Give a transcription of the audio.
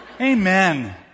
amen